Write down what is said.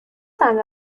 صندوق